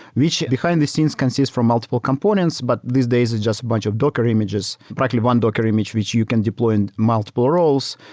which behind-the-scenes consists for multiple components, but these days it's and just a bunch of docker images, practically one docker image which you can deploy in multiple roles.